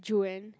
Juanne